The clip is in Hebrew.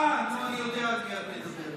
אה, נו, אני יודע על מי את מדברת.